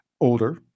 older